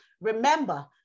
Remember